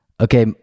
Okay